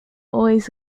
always